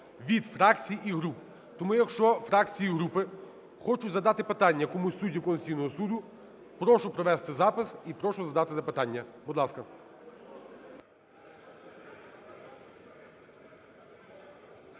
від фракцій і груп. Тому, якщо фракції і групи хочуть задати питання комусь з суддів Конституційного Суду, прошу провести запис і прошу задати запитання, будь ласка.